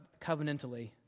covenantally